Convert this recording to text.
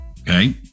Okay